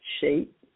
shape